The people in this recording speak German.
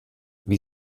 wie